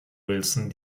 wilson